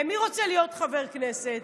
מי רוצה להיות חבר כנסת?